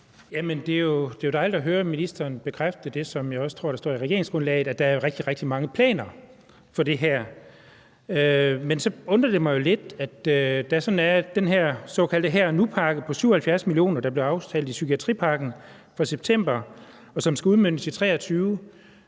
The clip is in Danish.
Det er jo dejligt at høre ministeren bekræfte det, som jeg også tror står i regeringsgrundlaget, nemlig at der er rigtig, rigtig mange planer på det her område. Men så undrer jeg mig lidt over den her såkaldte her og nu-pakke på 77 mio. kr., der blev aftalt i psykiatripakken fra september, og som skal udmøntes i 2023,